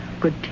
good